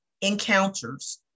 encounters